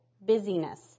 busyness